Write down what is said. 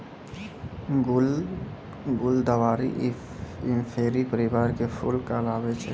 गुलदावरी इंफेरी परिवार के फूल कहलावै छै